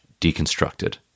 deconstructed